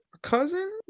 Cousin